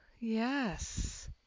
yes